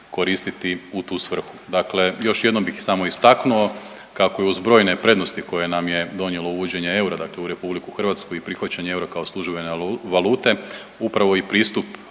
koristiti u tu svrhu. Dakle, još jednom bih istaknuo kako je uz brojne prednosti koje nam je donijelo uvođenje eura dakle u Republiku Hrvatsku i prihvaćanje eura kao službene valute upravo i pristup